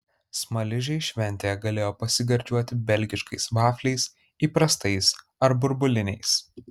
smaližiai šventėje galėjo pasigardžiuoti belgiškais vafliais įprastais ar burbuliniais